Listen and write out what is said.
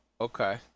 okay